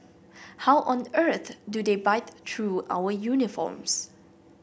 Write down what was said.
how on earth do they bite through our uniforms